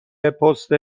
پست